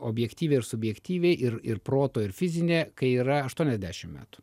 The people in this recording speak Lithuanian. objektyviai ir subjektyviai ir ir proto ir fizinė kai yra aštuoniasdešimt metų